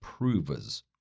provers